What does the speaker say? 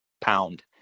pound